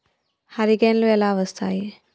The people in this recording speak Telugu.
హరికేన్లు ఎలా వస్తాయి?